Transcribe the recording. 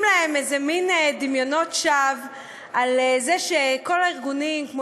להם איזה מין דמיונות שווא על זה שכל הארגונים כמו